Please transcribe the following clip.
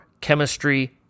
chemistry